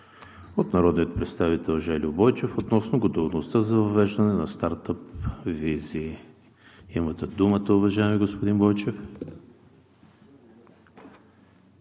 от народния представител Жельо Бойчев относно готовността за въвеждане на стартъп визи. Имате думата, уважаеми господин Бойчев.